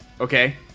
okay